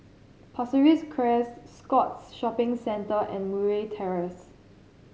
Pasir Ris Crest Scotts Shopping Centre and Murray Terrace